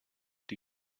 die